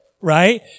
right